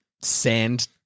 sand